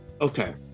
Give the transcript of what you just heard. Okay